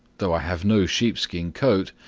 though i have no sheep-skin coat.